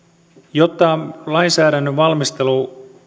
jotta lainsäädännön valmistelu